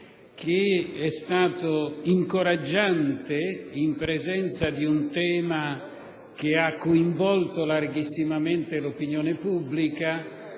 che è stato incoraggiante in presenza di un tema che ha coinvolto larghissimamente l'opinione pubblica